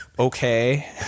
Okay